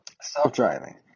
Self-driving